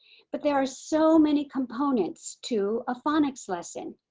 but there are so many components to a phonics lesson.